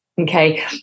Okay